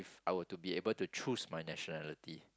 if I would to be able to choose my nationality